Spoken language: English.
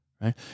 right